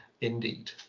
indeed